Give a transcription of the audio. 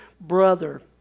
brother